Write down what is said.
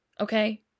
okay